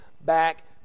back